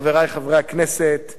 חברי חברי הכנסת,